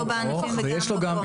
יש לו רשות.